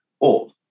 old